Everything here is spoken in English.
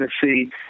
Tennessee